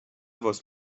was